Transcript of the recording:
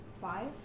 five